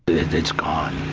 it is gone.